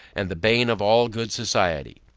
and the bane of all good society.